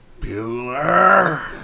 Bueller